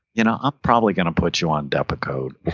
you know ah probably going to put you on depakote